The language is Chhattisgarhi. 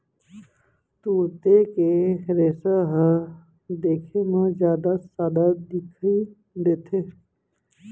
तुरते के रेसा ह देखे म जादा सादा दिखई देथे